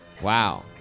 Wow